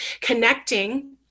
connecting